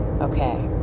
Okay